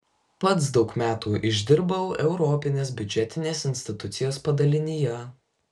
pats daug metų išdirbau europinės biudžetinės institucijos padalinyje